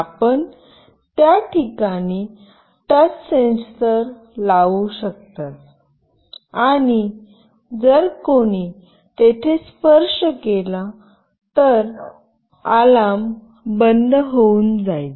आपण त्या ठिकाणी टच सेन्सर लावू शकता आणि जर कोणी तिथे स्पर्श केला तर अलार्म बंद होऊन जाईल